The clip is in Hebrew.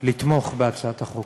לתמוך בהצעת החוק.